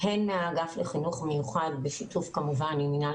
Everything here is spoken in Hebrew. הן מהאגף לחינוך מיוחד בשיתוף כמובן עם מנהל